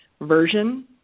version